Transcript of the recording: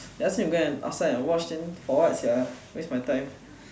then after that ask me to go outside and watch for what sia waste my time